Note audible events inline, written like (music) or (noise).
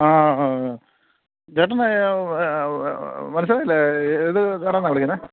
ആ ആ ചേട്ടനു മനസ്സിലായില്ലേ (unintelligible) ന്നാ വിളിക്കുന്നേ